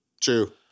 True